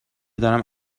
دارم